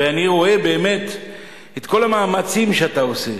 ואני רואה באמת את כל המאמצים שאתה עושה